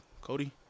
Cody